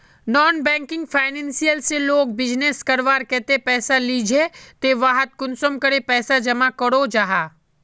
Non banking financial से लोग business करवार केते पैसा लिझे ते वहात कुंसम करे पैसा जमा करो जाहा?